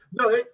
No